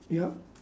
yup